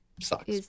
Sucks